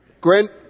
grant